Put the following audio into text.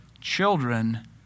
Children